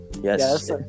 yes